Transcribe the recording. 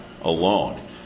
alone